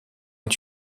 est